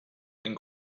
and